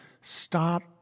stop